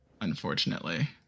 Unfortunately